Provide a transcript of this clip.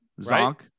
Zonk